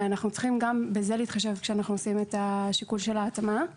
ואנחנו צריכים להתחשב גם בזה כשאנחנו עושים את השיקול של ההתאמה.